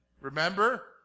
Remember